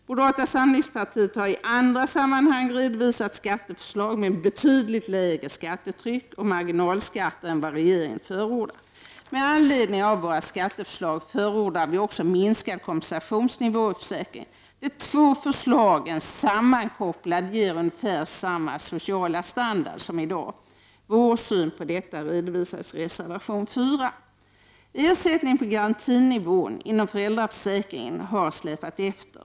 Moderata samlings partiet har i andra sammanhang redovisat skatteförslag som innebär betydligt lägre skattetryck och marginalskatter än vad regeringen förordar. Med anledning av våra skatteförslag förordar vi också minskad kompensationsnivå i försäkringen. De två förslagen sammankopplade ger ungefär samma sociala standard som i dag. Vår syn på detta redovisas i reservation 5. Ersättningen enligt garantinivån inom föräldraförsäkringen har släpat efter.